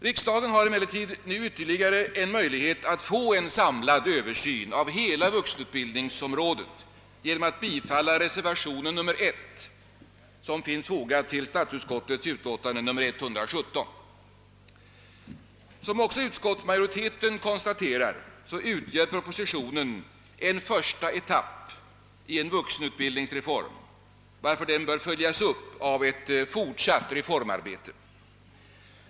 Riksdagen har emellertid nu möjlighet att få en samlad översyn av hela vuxenutbildningsområdet genom att bifalla reservationen 1 vid statsutskottets utlåtande nr 117. Som också utskottsmajoriteten konstaterar utgör propositionen en första etapp i en vuxenutbildningsreform, varför den bör följas upp av ett fortsatt reformarbete.